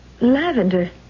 lavender